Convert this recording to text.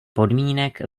podmínek